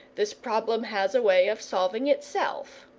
this problem has a way of solving itself.